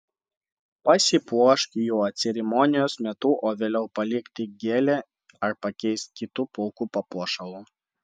pasipuošk juo ceremonijos metu o vėliau palik tik gėlę ar pakeisk kitu plaukų papuošalu